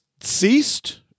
ceased